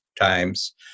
times